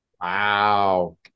Wow